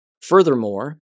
Furthermore